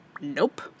Nope